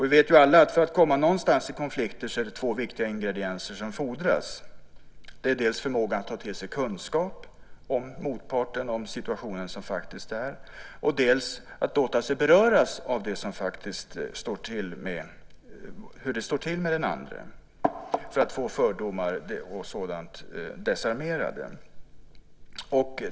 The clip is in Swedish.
Vi vet alla att för att komma någonstans i konflikter fordras det två viktiga ingredienser. Det är dels förmåga att ta till sig kunskap om motparten och den situation som faktiskt är, dels att låta sig beröras av hur det står till med den andre för att få fördomar och sådant desarmerade.